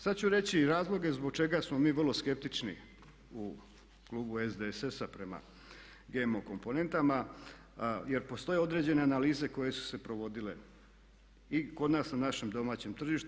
Sad ću reći razloge zbog čega smo mi vrlo skeptični u klubu SDSS-a prema GMO komponentama, jer postoje određene analize koje su se provodile i kod nas na našem domaćem tržištu.